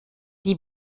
die